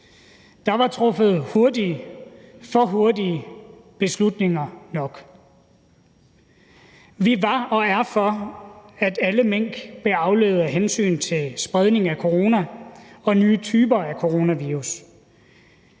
Der var truffet hurtige og for hurtige beslutninger nok. Vi var og er for, at alle mink blev aflivet af hensyn til at mindske spredningen af coronavirus og af nye typer af coronavirus.